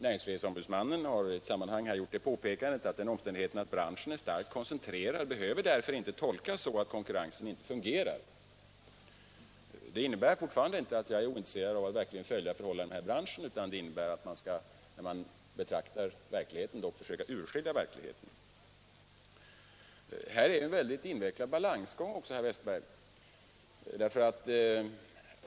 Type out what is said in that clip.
Näringsfrihetsombudsmannen har i ett sammanhang påpekat att den omständigheten att branschen är starkt koncentrerad inte behöver tolkas så, att konkurrensen inte fungerar. Detta innebär fortfarande inte att jag är ointresserad av att verkligen följa förhållandena i branschen, utan det betyder att man, när man betraktar läget, dock skall försöka urskilja verkligheten. Här är det också fråga om en väldigt invecklad balansgång, herr Wästberg.